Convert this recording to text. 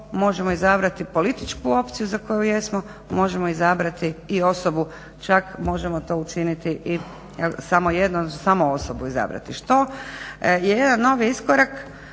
možemo izabrati političku osobu za koju jesmo, možemo izabrati i osobu čak možemo to učiniti samo jedno, samu osobu izabrati, što je jedan novi iskorak